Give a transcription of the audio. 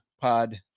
pod